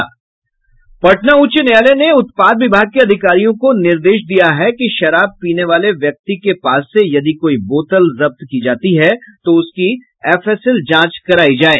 पटना उच्च न्यायालय ने उत्पाद विभाग के अधिकारियों को निर्देश दिया है कि शराब पीने वाले व्यक्ति के पास से कोई बोतल जब्त की जाती है तो उसकी एफएसएल जांच करायी जाये